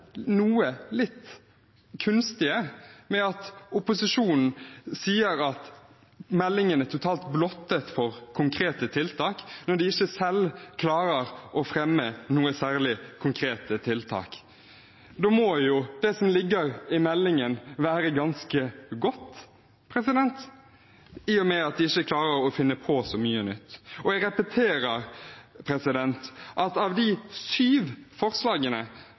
totalt blottet for konkrete tiltak, når de ikke selv klarer å fremme noen særlig konkrete tiltak. Det som ligger i meldingen, må jo være ganske godt, i og med at de ikke klarer å finne på så mye nytt. Jeg repeterer: Av de kun syv forslagene